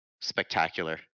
spectacular